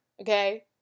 okay